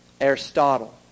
Aristotle